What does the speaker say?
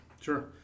Sure